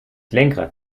lenkrad